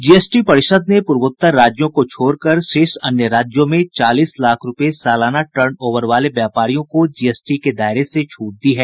GST परिषद् ने पूर्वोत्तर राज्यों को छोड़कर शेष अन्य राज्यों में चालीस लाख रूपये सालाना टर्न ओवर वाले व्यापारियों को जीएसटी के दायरे से छूट दी है